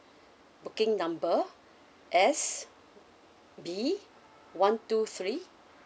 booking number S_B one two three